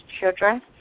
children